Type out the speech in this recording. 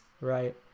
right